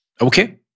Okay